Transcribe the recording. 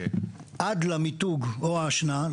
עד למיתוג או ההשנעה,